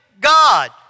God